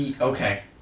Okay